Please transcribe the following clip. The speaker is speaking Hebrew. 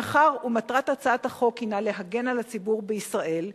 מאחר שמטרת הצעת החוק הינה להגן על הציבור בישראל,